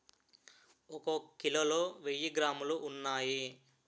ఒక కిలోలో వెయ్యి గ్రాములు ఉన్నాయి